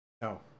No